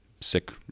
Sick